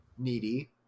needy